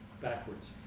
backwards